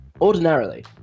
ordinarily